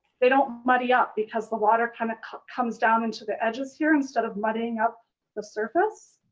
they don't muddy up because the water kind of comes down into the edges here instead of muddying up the surface